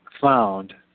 found